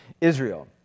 Israel